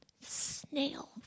Snail